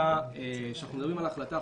כשאנחנו מדברים על ההחלטה,